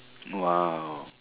!wow!